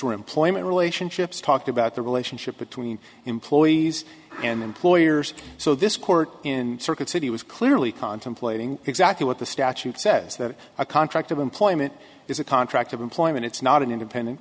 were employment relationships talked about the relationship between employees and employers so this court in circuit city was clearly contemplating exactly what the statute says that a contract of employment is a contract of employment it's not an independent